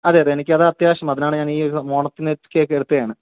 അതെ അതെ എനിക്കതാണ് അത്യാവശ്യം അതിനാണ് ഞാനീ ഓണത്തിനെക്കേക്ക് എടുത്തത് ആണ്